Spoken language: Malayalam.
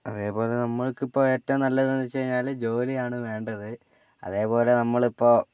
അതേപോലെ നമ്മൾക്കിപ്പം ഏറ്റവും നല്ലത്ന്നു വെച്ചാൽ ജോലിയാണ് വേണ്ടത് അതേപോലെ നമ്മളിപ്പം